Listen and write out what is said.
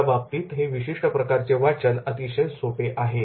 याबाबतीत हे विशिष्ट प्रकारचे वाचन अतिशय सोपे आहे